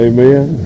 Amen